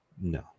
no